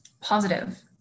positive